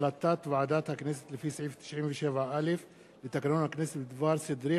ועדת הכנסת, אוקיי, בסדר.